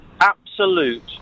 absolute